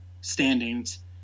standings